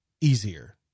easier